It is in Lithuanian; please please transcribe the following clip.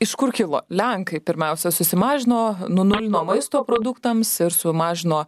iš kur kilo lenkai pirmiausia susimažino nunulino maisto produktams ir sumažino